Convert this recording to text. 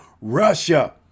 Russia